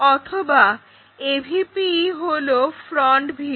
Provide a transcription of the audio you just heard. অথবা AVP ই হলো ফ্রন্ট ভিউ